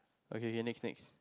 okay okay next next